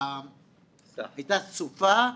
בחורף הייתה סופה